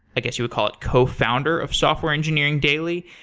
i guess you would call it, co-founder of software engineering daily,